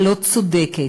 הלא-צודקת,